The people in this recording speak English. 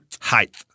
Height